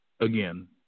Again